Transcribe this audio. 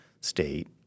state